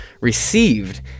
received